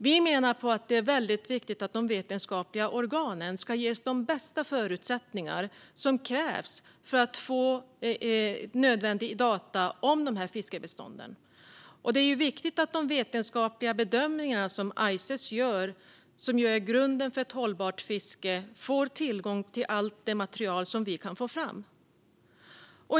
Vi menar att det är väldigt viktigt att de vetenskapliga organen ges de förutsättningar som krävs för att de ska få nödvändiga data om dessa fiskbestånd. Det är viktigt att ICES, som gör vetenskapliga bedömningar som är grunden för ett hållbart fiske, får tillgång till allt material som vi kan få fram.